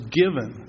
given